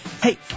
Hey